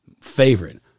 favorite